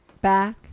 back